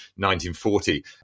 1940